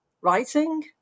writing